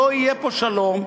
לא יהיה פה שלום,